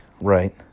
right